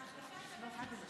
ההחלפה הייתה